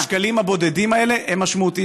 גם מאות השקלים הבודדים האלה הם משמעותיים.